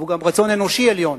והוא גם רצון אנושי עליון,